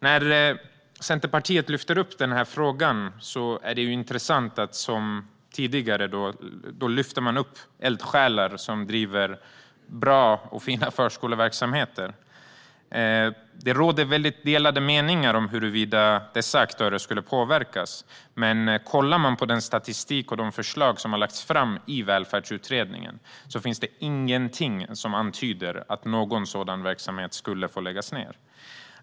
När Centerpartiet lyfter upp den här frågan är det intressant att man, som tidigare, lyfter fram eldsjälar som driver bra och fina förskoleverksamheter. Det råder väldigt delade meningar om huruvida dessa aktörer skulle påverkas. Men om man tittar på den statistik och de förslag som har lagts fram i välfärdsutredningen ser man ingenting som antyder att någon sådan verksamhet skulle få läggas ned.